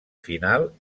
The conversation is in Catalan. final